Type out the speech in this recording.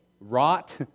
rot